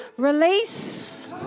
Release